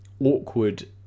awkward